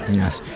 yes.